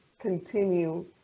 continue